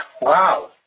Wow